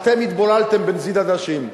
ואתם התבוללתם בנזיד עדשים.